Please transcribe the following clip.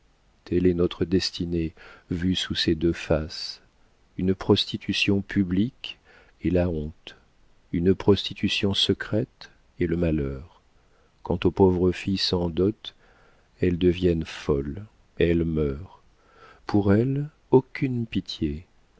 telle est notre destinée vue sous ses deux faces une prostitution publique et la honte une prostitution secrète et le malheur quant aux pauvres filles sans dot elles deviennent folles elles meurent pour elles aucune pitié